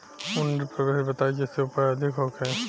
उन्नत प्रभेद बताई जेसे उपज अधिक होखे?